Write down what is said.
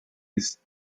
his